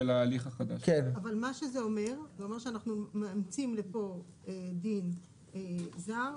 זה אומר שאנחנו מאמצים לפה דין זר.